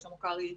שלמה קרעי,